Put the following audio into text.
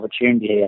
opportunity